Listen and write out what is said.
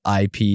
IP